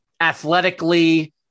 athletically